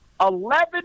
Eleven